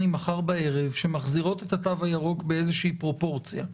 מחר בערב שמחזירות את התו הירוק באיזושהי פרופורציה.